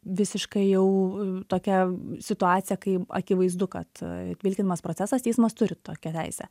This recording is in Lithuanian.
visiškai jau tokia situacija kai akivaizdu kad vilkinamas procesas teismas turi tokią teisę